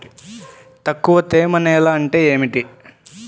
తక్కువ తేమ నేల అంటే ఏమిటి?